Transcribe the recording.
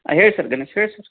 ಹಾಂ ಹೇಳಿ sir Ganesh sir